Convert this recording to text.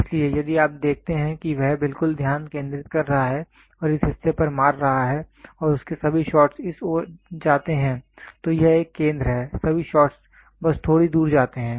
इसलिए यदि आप देखते हैं कि वह बिल्कुल ध्यान केंद्रित कर रहा है और इस हिस्से पर मार रहा है और उसके सभी शॉट्स इस ओर जाते हैं तो यह एक केंद्र है सभी शॉट्स बस थोड़ी दूर जाते हैं